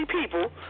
people